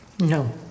No